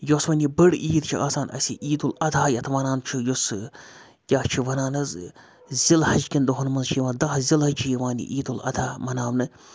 یۄس وۄنۍ یہِ بٔڑ عید چھِ آسان اَسہِ یہِ عید الاضحیٰ یَتھ وَنان چھُ یُسہٕ کیٛاہ چھِ وَنان حظ ذی الحج کٮ۪ن دۄہَن منٛز چھِ یِوان دَہ ذی الحج چھِ یِوان یہِ عید الاضحیٰ مَناونہٕ